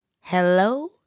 Hello